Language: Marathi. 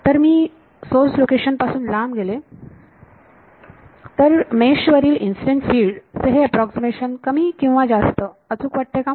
तर मी सोर्स लोकेशन पासून लांब गेले तर मेश वरील इन्सिडेंट फिल्ड चे हे अॅप्रॉक्सीमेशन कमी किंवा जास्त अचूक वाटते का